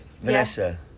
Vanessa